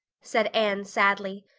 said anne sadly.